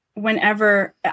Whenever